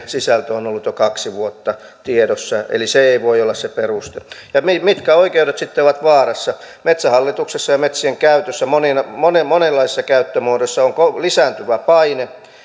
sisältö on ollut jo kaksi vuotta tiedossa eli se ei voi olla se peruste mitkä oikeudet sitten ovat vaarassa metsähallituksessa ja ja metsien käytössä monenlaisissa käyttömuodoissa on lisääntyvä paine